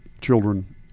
children